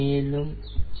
மேலும் 0